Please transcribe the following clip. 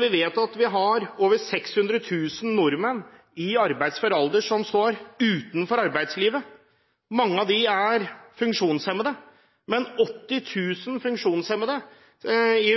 Vi vet at vi har over 600 000 nordmenn i arbeidsfør alder som står utenfor arbeidslivet. Mange av dem er funksjonshemmet. I en undersøkelse sier 80 000 funksjonshemmede at de